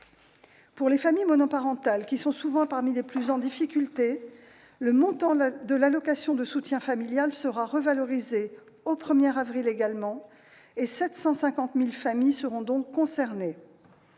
Pour les familles monoparentales, qui sont souvent parmi les plus en difficulté, le montant de l'allocation de soutien familial sera revalorisé, au 1avril également- 750 000 familles en bénéficieront.